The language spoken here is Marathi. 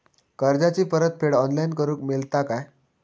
कर्जाची परत फेड ऑनलाइन करूक मेलता काय?